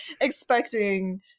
expecting